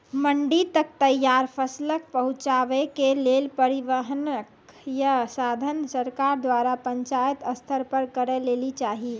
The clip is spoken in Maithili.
मंडी तक तैयार फसलक पहुँचावे के लेल परिवहनक या साधन सरकार द्वारा पंचायत स्तर पर करै लेली चाही?